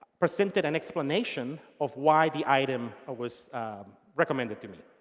presented an explanation of why the item ah was recommended to me.